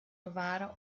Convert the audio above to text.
novara